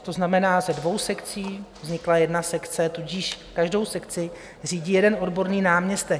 To znamená, ze dvou sekcí vznikla jedna sekce, tudíž každou sekci řídí jeden odborný náměstek.